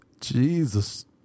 Jesus